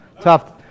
Tough